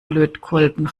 lötkolben